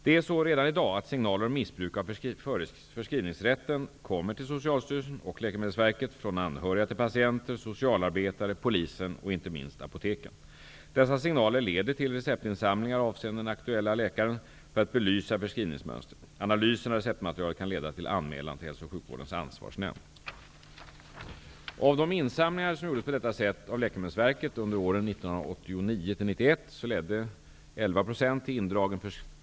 Det är så redan i dag att signaler om missbruk av förskrivningsrätten kommer till Socialstyrelsen och Läkemedelsverket från anhöriga till patienter, socialarbetare, polisen och inte minst apoteken. Dessa signaler leder till receptinsamlingar avseende den aktuella läkaren för att belysa förskrivningsmönstret. Analysen av receptmaterialet kan leda till anmälan till Hälsooch sjukvårdens ansvarsnämnd, HSAN.